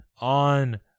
on